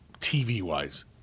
TV-wise